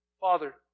Father